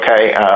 okay